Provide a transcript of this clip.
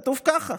כתוב ככה: